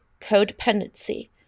Codependency